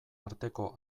arteko